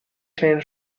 kleinen